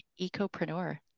ecopreneur